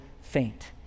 faint